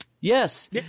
Yes